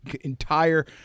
entire